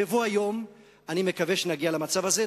בבוא היום אני מקווה שנגיע למצב הזה.